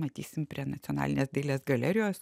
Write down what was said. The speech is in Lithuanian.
matysim prie nacionalinės dailės galerijos